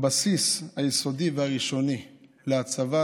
הבסיס היסודי והראשוני להצבת